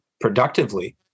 productively